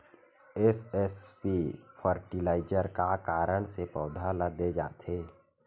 SSP fertiliser का कारण से पौधा ल दे जाथे?